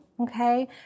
okay